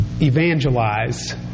evangelize